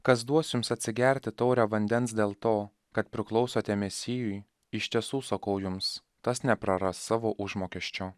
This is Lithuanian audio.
kas duos jums atsigerti taurę vandens dėl to kad priklausote mesijui iš tiesų sakau jums tas nepraras savo užmokesčio